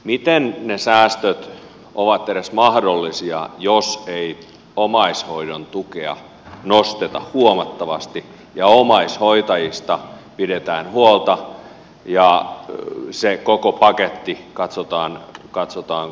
miten ne säästöt ovat edes mahdollisia jos ei omaishoidon tukea nosteta huomattavasti ja omaishoitajista pidetä huolta ja sitä koko pakettia katsota kunnolla auki